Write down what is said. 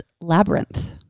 labyrinth